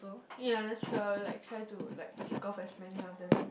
ya that's true I will like try to like take off as many of them too